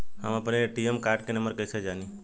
हम अपने ATM card के नंबर कइसे जानी?